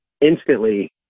instantly